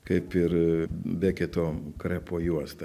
kaip ir beketo krepo juosta